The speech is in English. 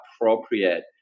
appropriate